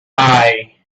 eye